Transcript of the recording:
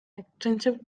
extensive